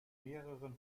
mehreren